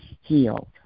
healed